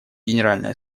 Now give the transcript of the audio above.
генеральной